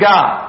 God